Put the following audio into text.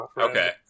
Okay